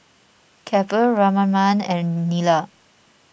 Kapil Ramanand and Neila